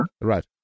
Right